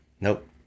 Nope